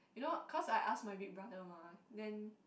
you know because I asked my big brother mah then